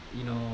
you know